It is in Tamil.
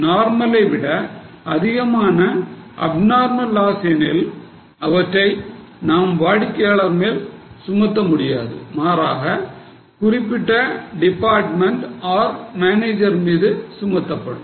நார்மல் ஐ விட அதிகமான அப்நார்மல் லாஸ் எனில் அவற்றை நாம் வாடிக்கையாளர் மேல் சுமத்த முடியாது மாறாக குறிப்பிட்ட டிபார்ட்மெண்ட் ஆர் மேனேஜர் மீது சுமத்தப்படும்